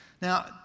Now